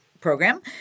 program